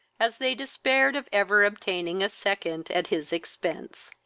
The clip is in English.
as they despaired of ever obtaining a second at his expence.